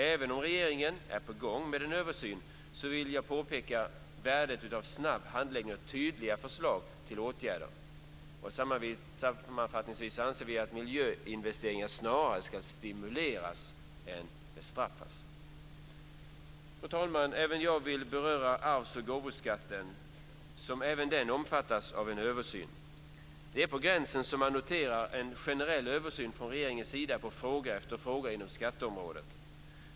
Även om regeringen har tillsatt en översyn vill jag betona värdet av snabb handläggning och tydliga förslag till åtgärder. Sammanfattningsvis anser vi att miljöinvesteringar snarare ska stimuleras än bestraffas. Fru talman! Även jag vill beröra arvs och gåvoskatten som också den omfattas av en översyn. Det är på gränsen att man noterar en generell översyn från regeringens sida av fråga efter fråga inom skatteområdet.